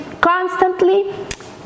constantly